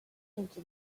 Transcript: into